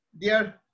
Dear